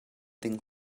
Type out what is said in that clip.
ding